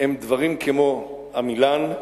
הן דברים כמו עמילן,